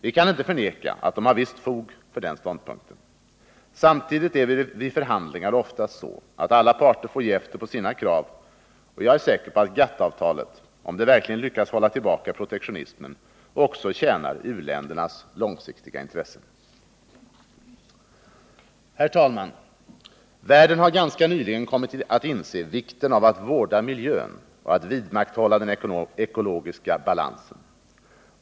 Vi kan inte förneka att de har visst fog för den ståndpunkten. Samtidigt är det vid förhandlingar oftast så att alla parter får ge efter på sina krav, och jag är säker på att GATT-avtalet, om det verkligen lyckas hålla tillbaka protektionismen, även tjänar u-ländernas långsiktiga intresse. Herr talman! Världen har ganska nyligen kommit att inse vikten av att vårda miljön och att vidmakthålla den ekologiska balansen.